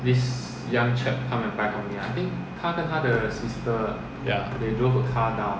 ya